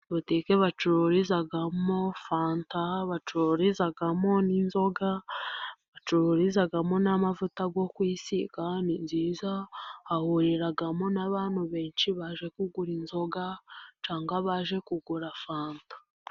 Butike bacururizamo fanta, bacururizagamo n'inzoga, bacururizagamo n'amavuta yo kwisiga ni nziza. Huriramo abantu benshi baje kugura inzoga cyangwa baje kugura fanta.